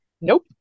Nope